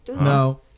No